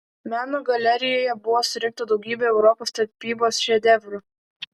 meno galerijoje buvo surinkta daugybė europos tapybos šedevrų